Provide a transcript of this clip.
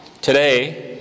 Today